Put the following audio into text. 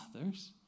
others